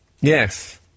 Yes